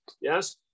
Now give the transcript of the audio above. Yes